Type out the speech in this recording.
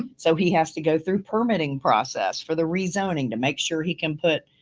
so he has to go through permitting process for the rezoning to make sure he can put